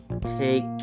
take